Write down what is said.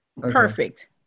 Perfect